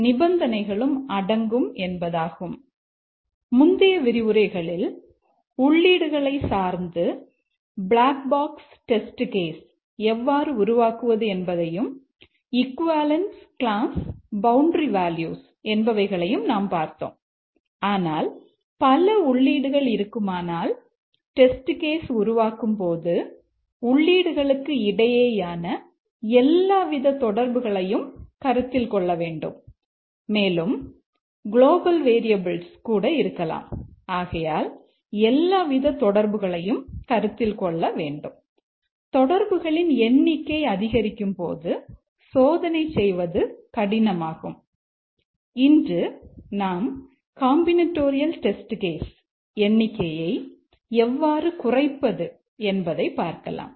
நாம் காம்பினட்டோரியல் எண்ணிக்கையை எவ்வாறு குறைப்பது என பார்க்கலாம்